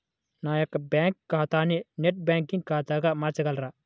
నా యొక్క బ్యాంకు ఖాతాని నెట్ బ్యాంకింగ్ ఖాతాగా మార్చగలరా?